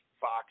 Fox